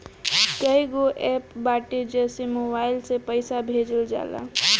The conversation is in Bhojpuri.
कईगो एप्प बाटे जेसे मोबाईल से पईसा भेजल जाला